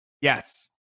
yes